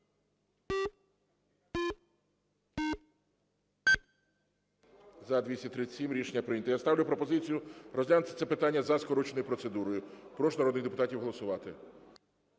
За-237 Рішення прийнято. Я ставлю пропозицію розглянути це питання за скороченою процедурою. Прошу народних депутатів голосувати.